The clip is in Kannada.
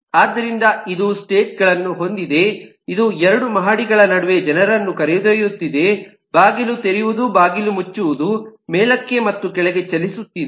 ಆದ್ದರಿಂದ ಇದು ಸ್ಟೇಟ್ ಗಳನ್ನು ಹೊಂದಿದೆ ಇದು 2 ಮಹಡಿಗಳ ನಡುವೆ ಜನರನ್ನು ಕರೆದೊಯ್ಯುತ್ತಿದೆ ಬಾಗಿಲು ತೆರೆಯುವುದು ಬಾಗಿಲು ಮುಚ್ಚುವುದು ಮೇಲಕ್ಕೆ ಮತ್ತು ಕೆಳಕ್ಕೆ ಚಲಿಸುತ್ತಿದೆ